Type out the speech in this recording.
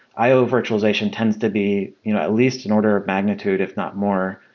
i o virtualization tends to be you know at least an order of magnitude, if not more,